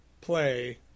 play